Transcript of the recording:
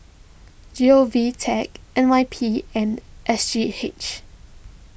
G O V Tech N Y P and S G H